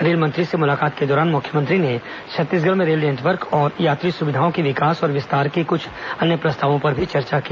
रेलमंत्री से मुलाकात के दौरान मुख्यमंत्री ने छत्तीसगढ़ में रेल नेटवर्क और यात्री सुविधाओं के विकास और विस्तार के कुछ अन्य प्रस्तावों पर भी चर्चा की